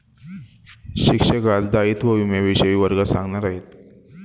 शिक्षक आज दायित्व विम्याविषयी वर्गात सांगणार आहेत